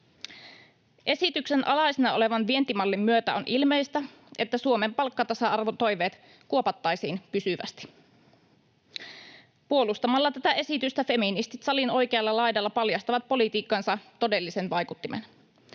Esityksen alaisena olevan vientimallin myötä on ilmeistä, että Suomen palkkatasa-arvotoiveet kuopattaisiin pysyvästi. Puolustamalla tätä esitystä feministit salin oikealla laidalla paljastavat politiikkansa todellisen vaikuttimen.